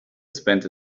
spent